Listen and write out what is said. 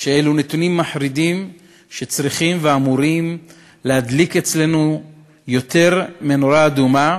שאלו נתונים מחרידים שצריכים ואמורים להדליק אצלנו יותר מנורה אדומה,